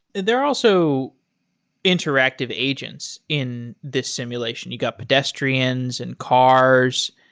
there are also interactive agents in this simulation. you got pedestrians and cars.